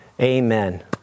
amen